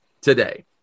today